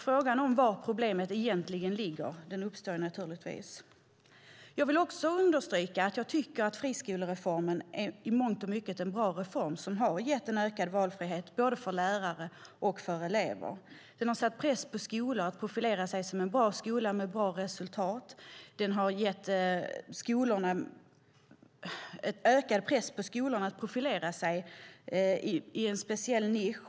Frågan om var problemet egentligen ligger uppstår naturligtvis. Jag vill understryka att jag tycker att friskolereformen i mångt och mycket är en bra reform som har gett en ökad valfrihet både för lärare och för elever. Den har satt press på skolor att profilera sig som bra skolor med bra resultat. Den har satt en ökad press på skolorna att profilera sig i en speciell nisch.